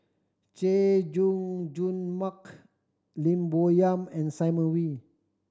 Chay Jung Jun Mark Lim Bo Yam and Simon Wee